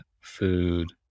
food